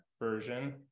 version